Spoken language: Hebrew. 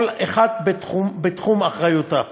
כל אחד בתחום אחריותו.